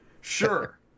sure